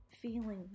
feeling